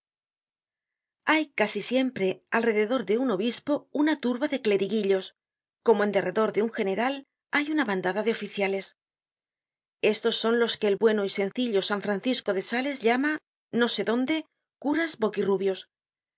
hay casi siempre alrededor de un obispo una turba de cleriguillos como en rededor de un general hay una bandada de oficiales estos son los que el bueno y sencillo san francisco de sales llama no sé dónde curas boqui rubios